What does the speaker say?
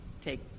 take